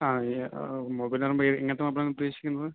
ആ മൊബൈൽ ആകുമ്പോൾ എങ്ങനത്തെ നോക്കാനാണ് ഉദ്ദേശിക്കുന്നത്